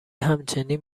همچنین